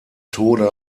tode